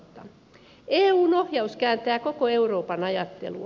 eun ohjaus kääntää koko euroopan ajattelua